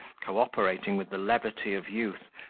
co-operating with the levity of youth,